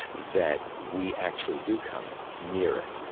that we actually do come near it,